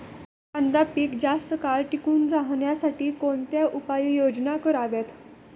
कांदा पीक जास्त काळ टिकून राहण्यासाठी कोणत्या उपाययोजना कराव्यात?